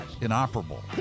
inoperable